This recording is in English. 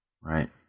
Right